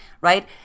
right